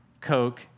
coke